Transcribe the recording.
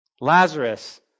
Lazarus